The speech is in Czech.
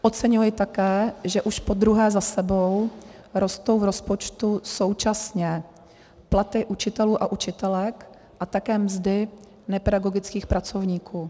Oceňuji také, že už podruhé za sebou rostou v rozpočtu současně platy učitelů a učitelek a také mzdy nepedagogických pracovníků.